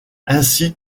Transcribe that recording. ainsi